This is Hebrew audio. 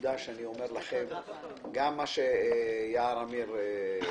הנקודה שאני אומר לכם, גם מה שיער אמיר אמר,